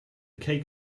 cake